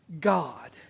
God